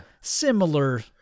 similar